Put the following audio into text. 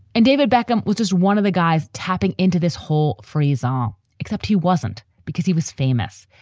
and david beckham was one of the guys tapping into this hall for his arm. except he wasn't because he was famous.